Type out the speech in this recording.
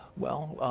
well,